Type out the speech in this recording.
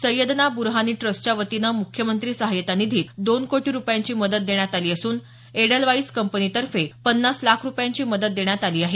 सैयदना बुरहानी ट्रस्टच्या वतीनं मुख्यमंत्री सहाय्यता निधीत दोन कोटी रुपयांची मदत देण्यात आली असून एडल वाइज कंपनीतर्फे पन्नास लाख रुपयांची मदत देण्यात आली आहे